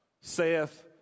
saith